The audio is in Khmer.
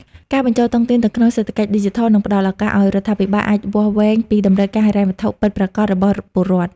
ការបញ្ចូលតុងទីនទៅក្នុង "សេដ្ឋកិច្ចឌីជីថល" នឹងផ្ដល់ឱកាសឱ្យរដ្ឋាភិបាលអាចវាស់វែងពីតម្រូវការហិរញ្ញវត្ថុពិតប្រាកដរបស់ពលរដ្ឋ។